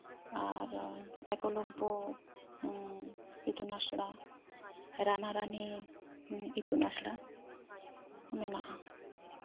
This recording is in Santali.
ᱟᱨ ᱮᱠᱞᱚᱵᱵᱚ ᱤᱛᱩᱱ ᱟᱥᱲᱟ ᱨᱟᱱᱟᱨᱟᱱᱤ ᱤᱛᱩᱱ ᱟᱥᱲᱟ ᱢᱮᱱᱟᱜᱼᱟ